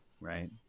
right